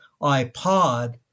iPod